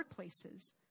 workplaces